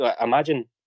Imagine